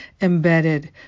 embedded